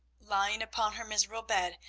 lying upon her miserable bed,